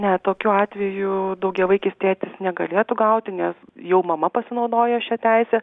ne tokiu atveju daugiavaikis tėtis negalėtų gauti nes jau mama pasinaudojo šia teise